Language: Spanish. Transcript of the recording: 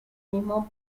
mismo